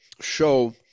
show